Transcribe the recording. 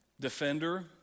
defender